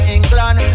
England